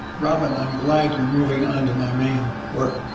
robyn, i'm glad you're moving on to my main work.